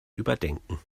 überdenken